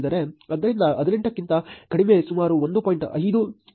ಆದ್ದರಿಂದ 18 ಕ್ಕಿಂತ ಕಡಿಮೆ ಸುಮಾರು 1